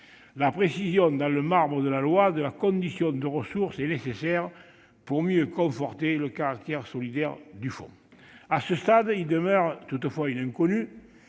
l'inscription, dans le marbre de la loi, de la condition de ressources est nécessaire pour mieux conforter le caractère solidaire du fonds. À ce stade demeure toutefois une inconnue.